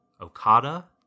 okada